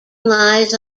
lies